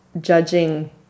judging